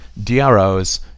DROs